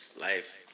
life